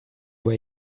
way